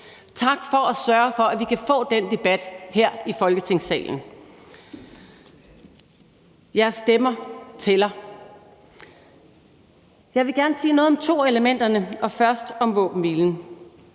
Tak for at sørge for, at vi kan få den debat her i Folketingssalen. Jeres stemmer tæller. Jeg vil gerne sige noget om to af elementerne. Først er det om våbenhvilen.